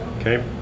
okay